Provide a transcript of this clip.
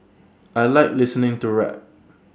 I Like listening to rap